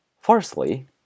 Firstly